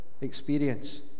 experience